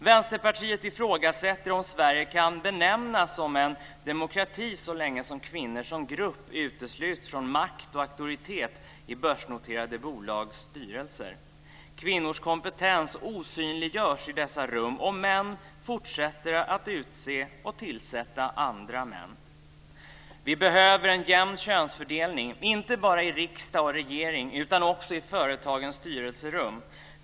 Vänsterpartiet ifrågasätter om Sverige kan benämnas som en demokrati så länge som kvinnor som grupp utesluts från makt och auktoritet i börsnoterade bolags styrelser. Kvinnors kompetens osynliggörs i dessa rum, och män fortsätter att utse och tillsätta andra män. Vi behöver en jämn könsfördelning, inte bara i riksdag och regering utan också i företagens styrelserum.